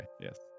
yes